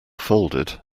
folded